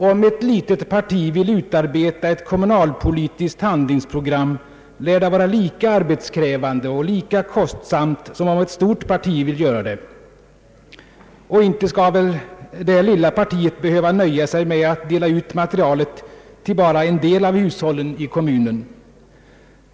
Om ett litet parti vill utarbeta ett kommunalpolitiskt handlingsprogram lär det vara lika arbetskrävande och lika kostsamt som om ett stort parti vill göra det. Och inte skall väl det lilla partiet behöva nöja sig med att dela ut materialet till bara en del av hushållen i kommunen?